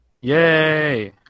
Yay